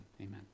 Amen